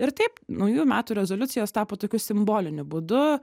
ir taip naujųjų metų rezoliucijos tapo tokiu simboliniu būdu